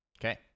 Okay